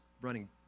running